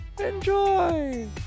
Enjoy